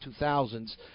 2000s